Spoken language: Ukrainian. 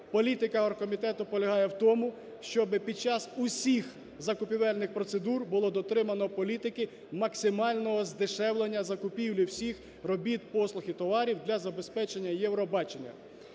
політика оргкомітету полягає у тому, щоб під час усіх закупівельних процедур було дотримано політики максимального здешевлення закупівлі всіх робіт, послуг і товарів для забезпечення Євробачення.